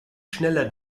schneller